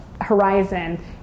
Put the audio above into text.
horizon